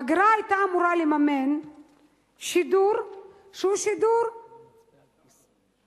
אגרה היתה אמורה לממן שידור שהוא שידור א-פוליטי,